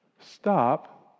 Stop